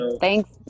Thanks